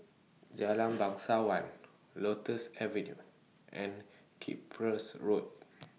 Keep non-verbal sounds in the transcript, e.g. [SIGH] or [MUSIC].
Jalan [NOISE] Bangsawan [NOISE] Lotus Avenue and Cyprus Road